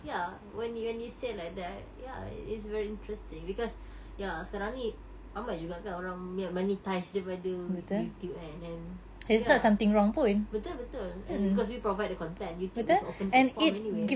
ya when you when you say like that ya it is very interesting because ya sekarang ni ramai juga kan orang monetise daripada YouTube kan and then ya betul betul and because we provide the content YouTube is open platform anyway